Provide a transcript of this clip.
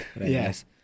Yes